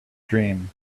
dream